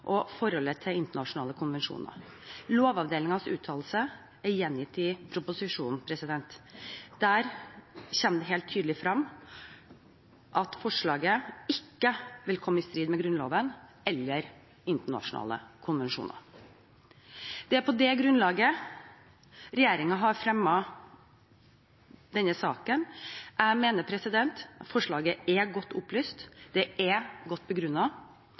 og forholdet til internasjonale konvensjoner. Lovavdelingens uttalelse er gjengitt i proposisjonen. Der kommer det helt tydelig frem at forslaget ikke vil komme i strid med Grunnloven eller internasjonale konvensjoner. Det er på det grunnlaget regjeringen har fremmet denne saken. Jeg mener forslaget er godt opplyst, det er godt